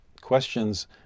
questions